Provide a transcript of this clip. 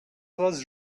was